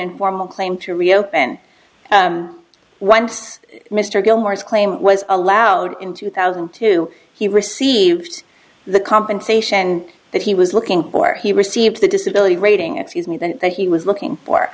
informal claim to reopen once mr gilmore's claim was allowed in two thousand and two he received the compensation that he was looking for he receives the disability rating excuse me that he was looking